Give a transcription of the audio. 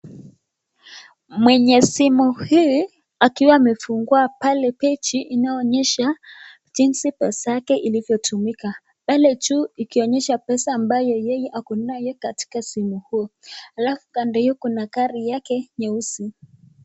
Mwenye simu hii akiwa amefungua pale page inayoonyesha jinsi pesa yake ilivyotumika. Pale juu ikionyesha pesa ambayo yeye akonaye katika simu huu. Alafu kando hio kuna gari yake nyeusi.